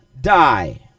die